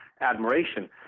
admiration